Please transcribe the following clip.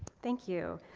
thank you.